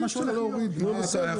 זה לא נכון,